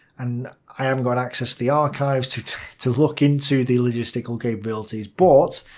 and i haven't got access the archives to to look into the logistical capabilities, but.